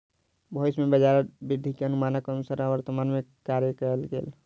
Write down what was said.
भविष्य में बजार वृद्धि के अनुमानक अनुसार वर्तमान में कार्य कएल गेल